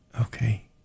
Okay